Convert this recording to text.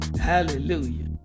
hallelujah